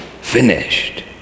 finished